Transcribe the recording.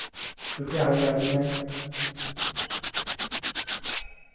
तो क्या हो गया उसमें